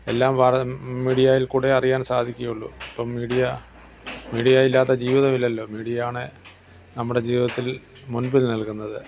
എല്ലാം വാർ മീഡിയയിൽ കൂടെ അറിയാൻ സാധിക്കുകയുള്ളൂ അപ്പം മീഡിയ മീഡിയ ഇല്ലാത്ത ജീവിതമില്ലല്ലോ മീഡിയ ആണ് നമ്മുടെ ജീവിതത്തിൽ മുൻപിൽ നിൽക്കുന്നത്